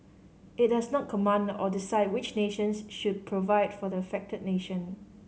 it does not command or decide which nations should provide for the affected nation